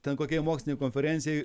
ten kokiai mokslinei konferencijai